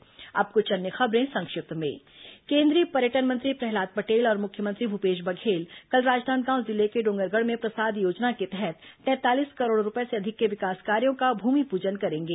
संक्षिप्त समाचार अब कुछ अन्य खबरें संक्षिप्त में केंद्रीय पर्यटन मंत्री प्रहलाद पटेल और मुख्यमंत्री भूपेश बघेल कल राजनांदगांव जिले डोंगरगढ़ में प्रसाद योजना के तहत तैंतालीस करोड़ रूपये से अधिक के विकास कार्यों का भूमिपूजन करेंगे